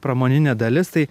pramoninė dalis tai